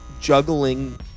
juggling